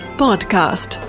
podcast